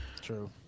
True